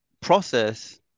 process